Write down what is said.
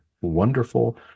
wonderful